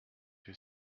your